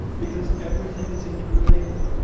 because everything is interrelated.